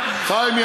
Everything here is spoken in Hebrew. כל הזמן